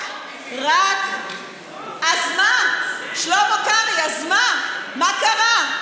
אנרכיסטים, אז מה, שלמה קרעי, אז מה, מה קרה?